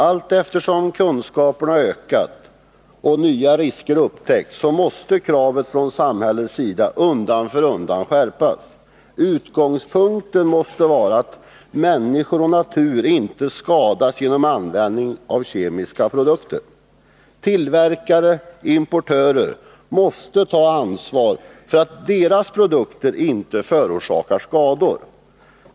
Allteftersom kunskaperna ökar och nya risker upptäcks måste kraven från samhällets sida undan för undan skärpas. Utgångspunkten måste vara att människor och natur inte skadas genom användning av kemiska produkter. Tillverkare och importörer måste ta ansvar för att deras produkter inte förorsakar skador.